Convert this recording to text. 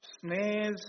snares